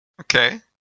Okay